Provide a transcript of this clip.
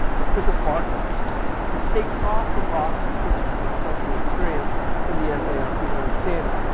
it's bishop barclay who takes off from lock's descriptions of sensory experience in the essay on human understanding.